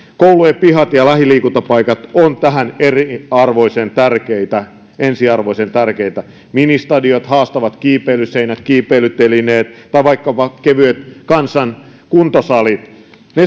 koulujen pihat ja lähiliikuntapaikat ovat tähän ensiarvoisen tärkeitä ensiarvoisen tärkeitä ministadionit haastavat kiipeilyseinät kiipeilytelineet tai vaikkapa kevyet kansankuntosalit